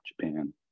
Japan